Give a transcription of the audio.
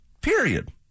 period